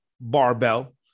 barbell